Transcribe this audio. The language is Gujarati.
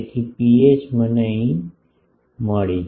તેથી ρh મને અહીં મળી